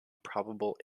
probable